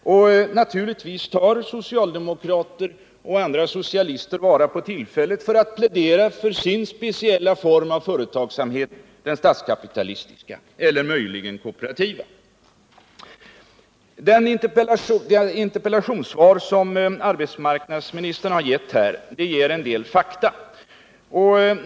Naturligtvis tar socialdemokraterna och andra socialister vara på tillfället att plädera för sin speciella form av företagsamhet; den statskapitalistiska eller möjligen kooperativa. Arbetsmarknadsministerns interpellationssvar ger en del fakta.